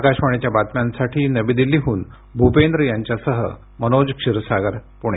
आकाशवाणीच्या बातम्यांसाठी नवी दिल्लीहून भूपेंद्र यांच्यासह मनोज क्षीरसागर पुणे